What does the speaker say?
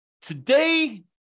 Today